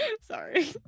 sorry